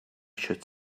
should